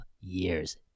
years